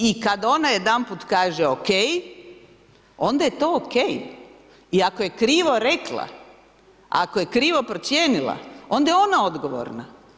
I kad ona jedanput kaže o.k. onda je to o.k. I ako je krivo rekla, ako je krivo procijenila, onda je ona odgovorna.